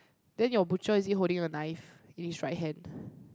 then your butcher is he holding a knife in his right hand